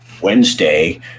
Wednesday